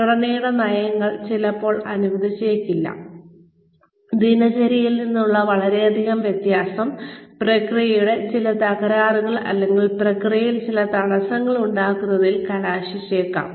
സംഘടനയുടെ നയങ്ങൾ ചിലപ്പോൾ അനുവദിച്ചേക്കില്ല ദിനചര്യയിൽ നിന്നുള്ള വളരെയധികം വ്യത്യാസം പ്രക്രിയയുടെ ചില തകരാറുകൾ അല്ലെങ്കിൽ പ്രക്രിയയിൽ ചില തടസ്സങ്ങൾ ഉണ്ടാകുന്നതിൽ കലാശിച്ചേക്കാം